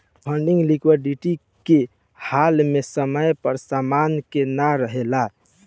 funding liquidity के हाल में समय पर समान के ना रेहला